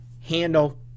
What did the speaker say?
handle